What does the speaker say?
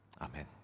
Amen